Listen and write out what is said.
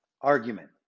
argument